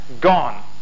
gone